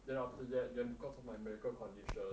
then after that then because of my medical condition